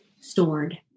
stored